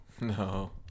no